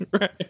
Right